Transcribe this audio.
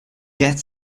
get